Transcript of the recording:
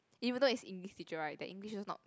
even though is English teacher right their English is also not